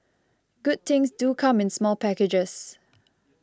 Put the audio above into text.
good things do come in small packages